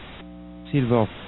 silver